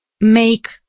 make